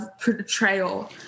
portrayal